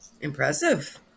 Impressive